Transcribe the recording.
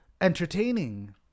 entertaining